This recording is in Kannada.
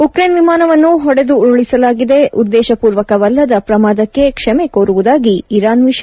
ಉಕ್ರೇನ್ ವಿಮಾನವನ್ನು ಹೊಡೆದು ಉರುಳಿಸಲಾಗಿದೆ ಉದ್ದೇಶ ಪೂರ್ವಕವಲ್ಲದ ಪ್ರಮಾದಕ್ಷೆ ಕ್ಷಮೆ ಕೋರುವುದಾಗಿ ಇರಾನ್ ವಿಷಾದ